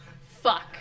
fuck